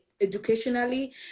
educationally